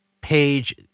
page